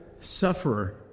sufferer